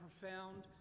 profound